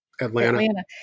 Atlanta